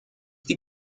die